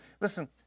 Listen